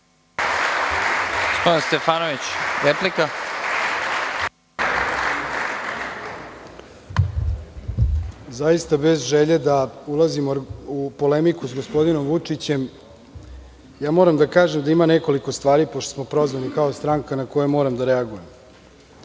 Stefanović** Zaista bez želje, da ulazim u polemiku s gospodinom Vučićem, ja moram da kažem da ima nekoliko stvari, pošto smo prozvani kao stranka, na koje moram da reagujem. Ne